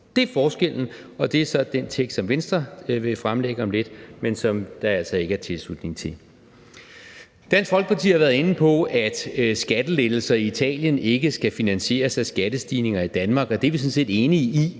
Det er forskellen, og det er så den tekst, som Venstre vil fremsætte om lidt, men som der altså ikke er tilslutning til. Dansk Folkeparti har været inde på, at skattelettelser i Italien ikke skal finansieres af skattestigninger i Danmark, og det er vi sådan set enige i,